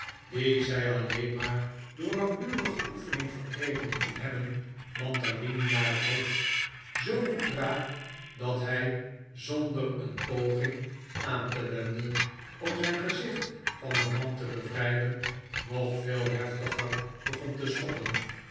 die zij alleen maar door langdurige oefening verkregen kon hebben mantalini naar het hoofd zoo goed raak dat hij zonder een poging aan te wenden om zijn gezicht van de mand te bevrijden nog veel heftiger begon te schoppen